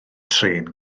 trên